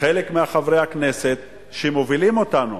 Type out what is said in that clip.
חלק מחברי הכנסת שמובילים אותנו